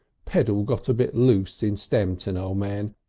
pedal got a bit loose in stamton, o' man.